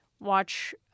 Watch